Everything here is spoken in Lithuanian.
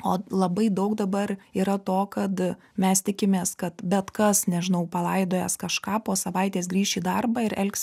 o labai daug dabar yra to kad mes tikimės kad bet kas nežinau palaidojęs kažką po savaitės grįš į darbą ir elgsis